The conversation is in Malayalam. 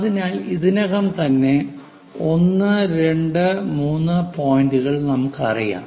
അതിനാൽ ഇതിനകം തന്നെ 1 2 3 പോയിന്റുകൾ നമുക്കറിയാം